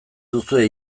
duzue